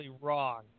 wrong